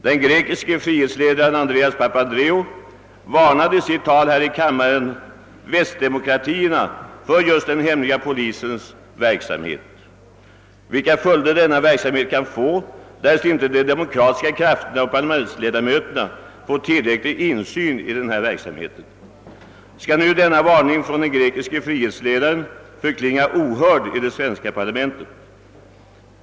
Den grekiske frihetsledaren Andreas Papandreou varnade i sitt tal i denna kammare västdemokratierna för just den hemliga polisens verksamhet och för vilka följder denna verksamhet kan få därest inte de demokratiska krafterna och parlamentsledamöterna får tillräcklig insyn i den. Skall nu denna varning från den grekiske frihetsledaren förklinga ohörd i det svenska parlamentet?